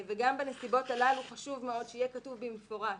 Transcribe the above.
וגם, בנסיבות הללו חשוב מאוד שיהיה כתוב במפורש